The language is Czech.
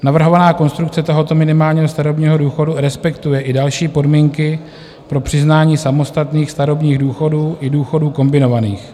Navrhovaná konstrukce tohoto minimálního starobního důchodu respektuje i další podmínky pro přiznání samostatných starobních důchodů i důchodů kombinovaných.